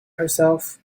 herself